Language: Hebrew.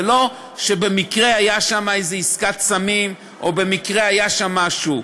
זה לא שבמקרה הייתה שם איזו עסקת סמים או במקרה היה שם משהו,